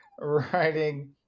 Writing